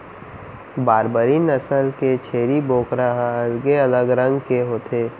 बारबरी नसल के छेरी बोकरा ह अलगे अलग रंग के होथे